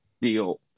deal